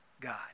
God